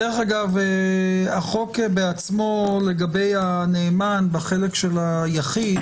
דרך אגב, החוק בעצמו לגבי הנאמן בחלק של היחיד,